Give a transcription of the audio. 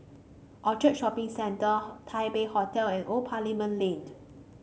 Orchard Shopping Center Taipei Hotel and Old Parliament Lane